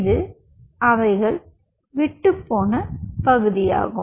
இது அவைகள் விட்டுப்போன பகுதியாகும்